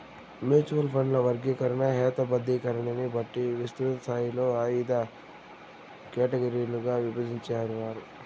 mutual ఫండ్ల వర్గీకరణ, హేతబద్ధీకరణని బట్టి విస్తృతస్థాయిలో అయిదు కేటగిరీలుగా ఇభజించినారు